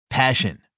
passion